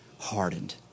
hardened